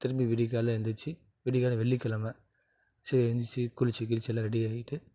திரும்பி விடியக்காலைல எழுந்திரிச்சி விடியக்காலை வெள்ளிக்கெழம சரி எழுந்திரிச்சி குளித்து கிளித்து எல்லாம் ரெடி ஆகிவிட்டு